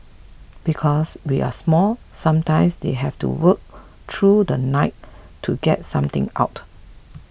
because we are small sometimes they have to work through the night to get something out